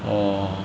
orh